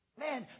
man